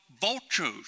vultures